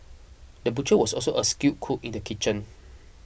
the butcher was also a skilled cook in the kitchen